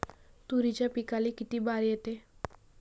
तुरीच्या पिकाले किती बार येते?